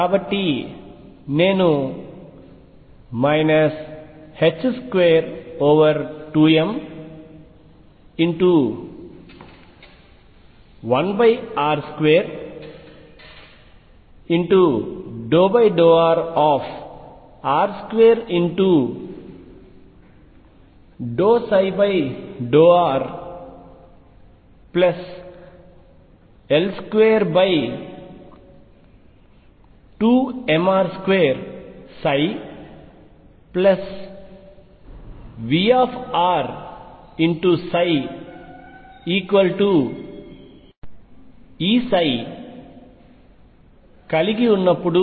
కాబట్టి నేను 22m1r2∂r r2∂rL22mr2VrE కలిగి ఉన్నప్పుడు